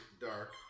dark